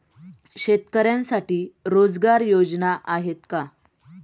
शेतकऱ्यांसाठी रोजगार योजना आहेत का?